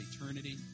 eternity